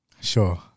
sure